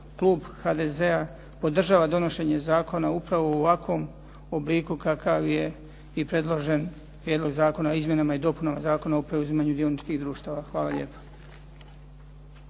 klub HDZ-a podržava donošenje zakona upravo u ovakvom obliku kakav je i predložen Prijedlog zakona o izmjenama i dopunama Zakona o preuzimanju dioničkih društava. Hvala lijepa.